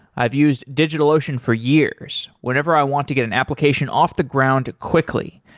i've used digitalocean for years, whenever i want to get an application off the ground quickly.